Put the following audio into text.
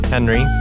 Henry